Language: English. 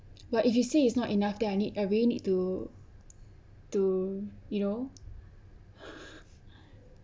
but if you say it's not enough then I need I really need to to you know